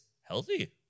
healthy